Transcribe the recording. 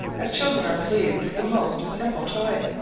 as children are pleased with the most simple toy.